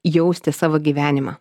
jausti savo gyvenimą